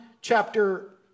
chapter